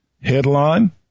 Headline